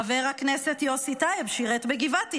חבר הכנסת יוסי טייב שירת בגבעתי,